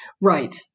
Right